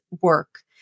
work